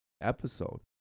episode